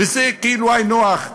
וזה כאילו היינו הך.